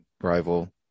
rival